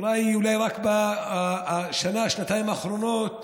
אולי רק בשנה-שנתיים האחרונות